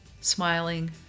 smiling